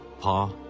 Pa